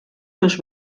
durch